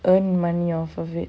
earn money out of it